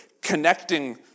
Connecting